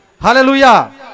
Hallelujah